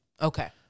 Okay